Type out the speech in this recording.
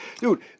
dude